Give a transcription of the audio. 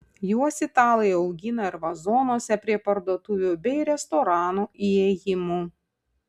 juos italai augina ir vazonuose prie parduotuvių bei restoranų įėjimų